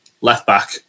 Left-back